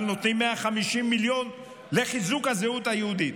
אבל נותנים 150 מיליון לחיזוק הזהות היהודית.